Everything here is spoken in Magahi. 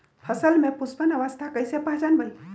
फसल में पुष्पन अवस्था कईसे पहचान बई?